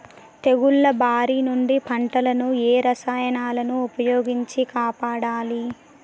తెగుళ్ల బారి నుంచి పంటలను ఏ రసాయనాలను ఉపయోగించి కాపాడాలి?